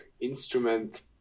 instrument